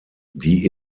die